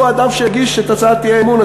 הוא האדם שהגיש את הצעת האי-אמון.